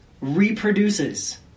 reproduces